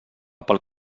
pel